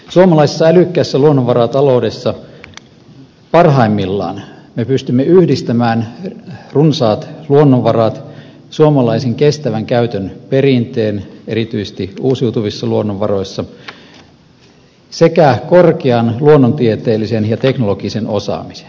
suomalaisessa älykkäässä luonnonvarataloudessa parhaimmillaan me pystymme yhdistämään runsaat luonnonvarat suomalaisen kestävän käytön perinteen erityisesti uusiutuvissa luonnonvaroissa sekä korkean luonnontieteellisen ja teknologisen osaamisen